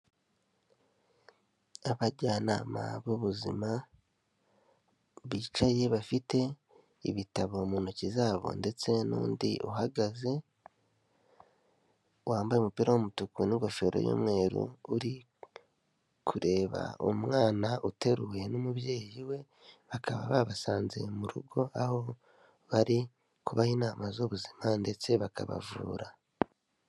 Abajyanama b'ubuzima, bicaye bafite ibitabo mu ntoki zabo ndetse n'undi uhagaze, wambaye umupira w'umutuku n'ingofero y'umweru, uri kureba umwana uteruwe n'umubyeyi we, bakaba babasanze mu rugo aho bari kubaha inama z'ubuzima ndetse bakabavura.